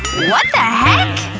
what the heck!